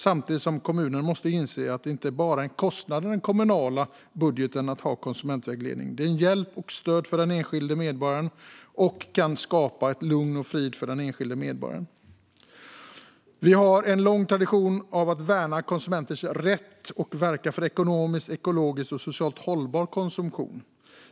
Samtidigt måste kommunerna inse att det inte bara är en kostnad i den kommunala budgeten att ha konsumentvägledning. Det är också en hjälp och ett stöd för den enskilde medborgaren som kan skapa lugn och frid för den enskilde medborgaren. Vi har en lång tradition av att värna konsumenters rätt och att verka för ekonomiskt, ekologiskt och socialt hållbar konsumtion.